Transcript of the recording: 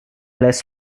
less